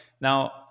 Now